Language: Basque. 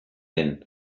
den